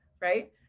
right